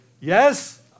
yes